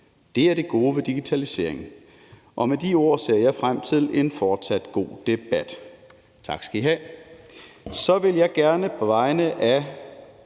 Det er det gode ved digitalisering. Med de ord ser jeg frem til en fortsat god debat. Tak skal I have. Så vil jeg gerne på vegne af